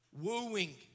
wooing